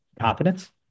confidence